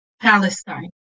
Palestine